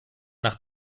nach